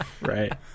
Right